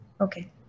Okay